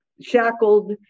shackled